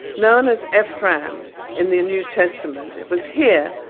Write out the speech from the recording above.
known as ephraim in the new testament, it was here,